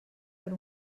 per